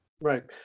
Right